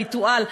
הריטואל,